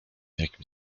jakim